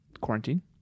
quarantine